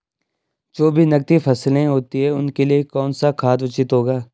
जो भी नकदी फसलें होती हैं उनके लिए कौन सा खाद उचित होगा?